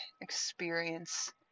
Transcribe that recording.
experience